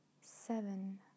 seven